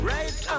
Right